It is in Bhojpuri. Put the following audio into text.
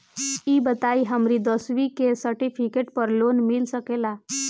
ई बताई हमरा दसवीं के सेर्टफिकेट पर लोन मिल सकेला?